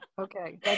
okay